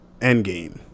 Endgame